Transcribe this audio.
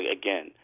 again